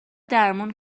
درمون